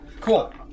Cool